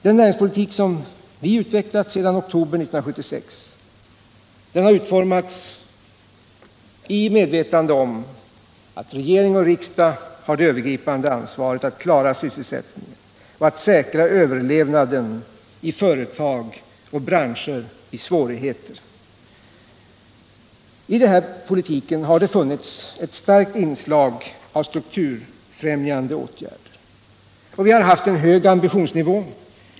Den näringspolitisk som vi utvecklat sedan oktober 1976 har utformats i medvetande om att regering och riksdag har det övergripande ansvaret att klara sysselsättningen och att säkra överlevnaden i företag och branscher i svårigheter. I den här politiken har det funnits ett starkt inslag av strukturfrämjande åtgärder, och vi har haft en hög ambitionsnivå.